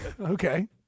Okay